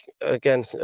again